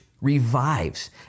revives